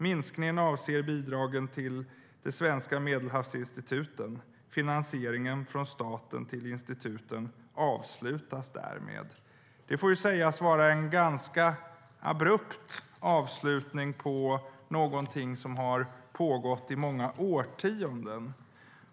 Minskningen avser bidragen till de svenska medelhavsinstituten. Finansieringen från staten till instituten avslutas därmed. "Det får sägas vara en ganska abrupt avslutning på något som har pågått i många årtionden.